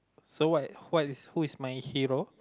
so what what is who is my hero